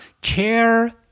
care